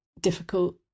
difficult